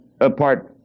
apart